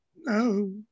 No